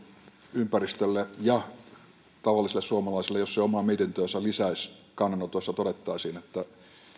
ympäristölle ja tavallisille suomalaisille jos se omaan mietintöönsä lisäisi kannanoton jossa todettaisiin että